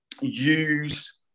use